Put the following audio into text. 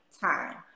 time